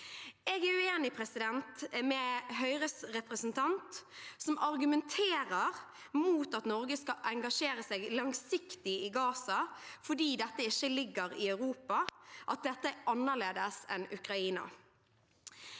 Jeg er uenig med Høyres representant som argumenterer mot at Norge skal engasjere seg langsiktig i Gaza fordi dette ikke ligger i Europa, at dette er annerledes enn Ukraina.